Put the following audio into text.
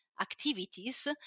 activities